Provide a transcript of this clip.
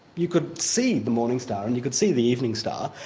you could see the morning star and you could see the evening star,